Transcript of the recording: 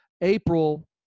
April